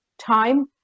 time